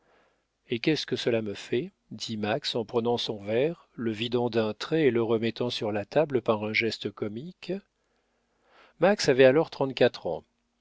et qu'est-ce que cela me fait dit max en prenant son verre le vidant d'un trait et le remettant sur la table par un geste comique max avait alors trente-quatre ans